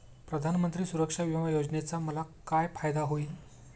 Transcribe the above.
प्रधानमंत्री सुरक्षा विमा योजनेचा मला काय फायदा होईल?